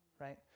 right